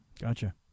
Gotcha